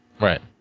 Right